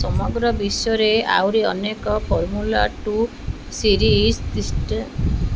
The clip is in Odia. ସମଗ୍ର ବିଶ୍ୱରେ ଆହୁରି ଅନେକ ଫର୍ମୁଲା ଟୁ ସିରିଜ୍